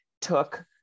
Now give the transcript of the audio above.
took